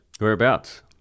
Whereabouts